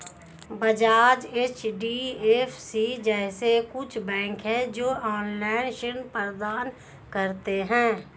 Bajaj, HDFC जैसे कुछ bank है, जो ऑनलाईन ऋण प्रदान करते हैं